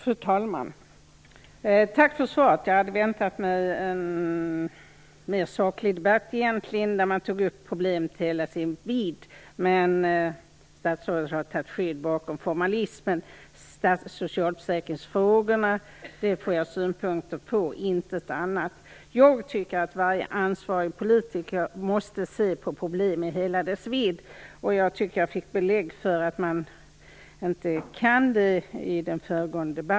Fru talman! Tack för svaret. Jag hade egentligen väntat mig en mer saklig debatt, där problemet hade tagits upp i hela dess vidd. Men statsrådet har tagit skydd bakom formalismen. Jag får synpunkter på socialförsäkringsfrågorna, intet annat. Jag tycker att varje ansvarig politiker måste se på problemen i hela dess vidd. Jag fick i den föregående debatten belägg för att så inte är fallet.